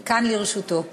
אני כאן לרשותו.